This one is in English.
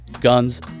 guns